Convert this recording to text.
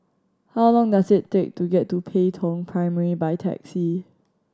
how long does it take to get to Pei Tong Primary by taxi